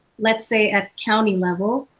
let's say at county level?